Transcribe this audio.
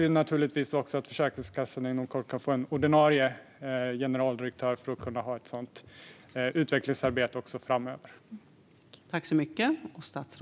Vi hoppas också att Försäkringskassan inom kort kan få en ordinarie generaldirektör så att man ska kunna bedriva ett sådant utvecklingsarbete också framöver.